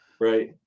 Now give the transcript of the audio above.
Right